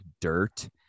dirt